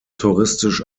touristisch